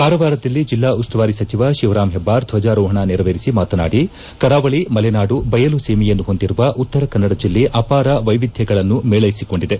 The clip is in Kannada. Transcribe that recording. ಕಾರವಾರದಲ್ಲಿ ಜಿಲ್ಲಾ ಉಸ್ತುವಾರಿ ಸಚಿವ ಶಿವರಾಂ ಹೆಬ್ಲಾರ್ ಧ್ವಜಾರೋಹಣ ನೆರವೇರಿಸಿ ಮಾತನಾಡಿ ಕರಾವಳಿ ಮಲೆನಾಡು ಬಯಲು ಸೀಮೆಯನ್ನು ಹೊಂದಿರುವ ಉತ್ತರ ಕನ್ನಡ ಜಿಲ್ಲೆ ಅಪಾರ ವೈವಿಧ್ವಗಳನ್ನು ಮೇಳ್ಳೆಸಿಕೊಂಡಿದೆ